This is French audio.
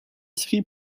série